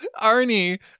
Arnie